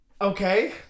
Okay